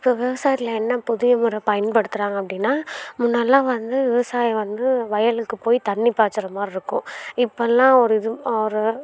இப்போ விவசாயத்தில் என்ன புதிய முறை பயன்படுத்துகிறாங்க அப்படின்னா முன்னாடியெல்லாம் வந்து விவசாயம் வந்து வயலுக்கு போய் தண்ணி பாய்ச்சுற மாதிரி இருக்கும் இப்பெல்லாம் ஒரு இது ஒரு